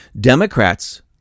Democrats